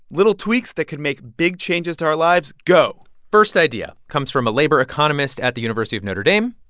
little tweaks that could make big changes to our lives. go first idea comes from a labor economist at the university of notre dame,